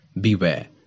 Beware